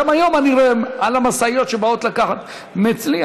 גם היום אני רואה על המשאיות שבאות לקחת ממני,